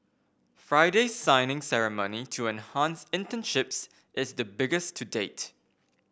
Friday's signing ceremony to enhance internships is the biggest to date